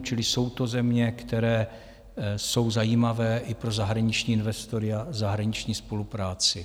Čili jsou to země, které jsou zajímavé i pro zahraniční investory a zahraniční spolupráci.